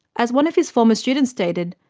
as one of his former students stated,